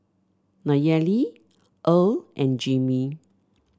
Nayeli Earle and Jimmy